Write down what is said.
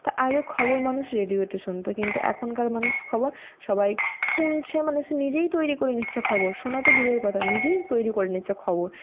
তো আগে খবর মানুষ রেডিওতে শুনত কিন্তু এখনকার মানুষ খবর সবাই শুনছে মানে সে নিজেই তৈরি করে নিচ্ছে খবর শোনা তো দূরের কথা নিজেই তৈরি করে নিচ্ছে খবর